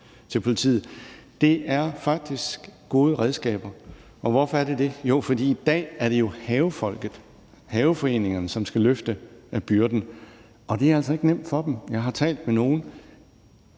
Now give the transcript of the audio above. til politiet. Det er faktisk gode redskaber. Og hvorfor er det det? Jo, fordi det jo i dag er havefolket, haveforeningerne, som skal løfte byrden, og det er altså ikke nemt for dem. Jeg har talt med nogle